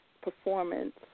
performance